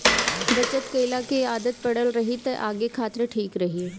बचत कईला के आदत पड़ल रही त आगे खातिर ठीक रही